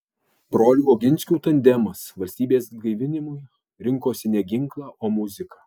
brolių oginskių tandemas valstybės gaivinimui rinkosi ne ginklą o muziką